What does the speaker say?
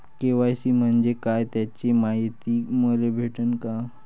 KYC म्हंजे काय त्याची मायती मले भेटन का?